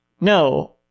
No